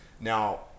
Now